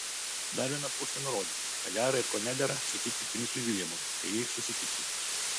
dar viena puokštė nurodymų ką dera ir ko nedera sakyti princui viljamui kai jį susitiksiu